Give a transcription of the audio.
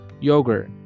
yogurt